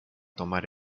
tomar